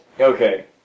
okay